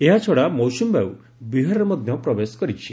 ଏହାଛଡ଼ା ମୌସ୍ତମୀବାୟ ବିହାରରେ ମଧ୍ୟ ପ୍ରବେଶ କରିଛି